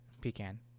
pecan